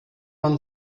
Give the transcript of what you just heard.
man